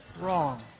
wrong